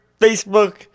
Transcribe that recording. Facebook